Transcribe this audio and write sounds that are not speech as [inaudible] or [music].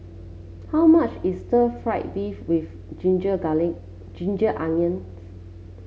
how much is stir fry beef with ginger [unintelligible] Ginger Onions